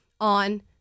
on